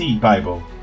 bible